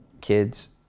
kids